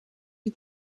die